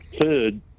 third